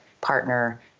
partner